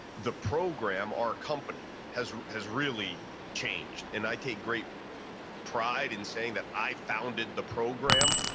the program, our company has has really changed. and i take great pride in saying that i founded the program,